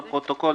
לפרוטוקול,